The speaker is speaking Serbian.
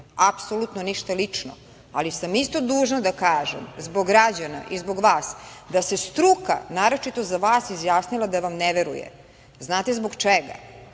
Apsolutno ništa lično, ali sam isto dužna da kažem zbog građana i zbog vas da se struka naročito za vas izjasnila da vam ne veruje. Znate li zbog čega?